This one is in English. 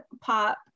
pop